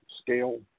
scale